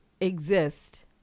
exist